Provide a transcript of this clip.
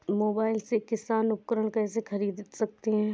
Mobile से किसान उपकरण कैसे ख़रीद सकते है?